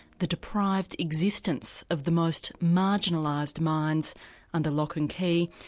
the deprived existence of the most marginalised minds under lock and key,